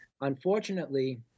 unfortunately